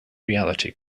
reality